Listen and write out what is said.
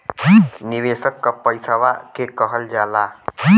निवेशक के पइसवा के कहल जाला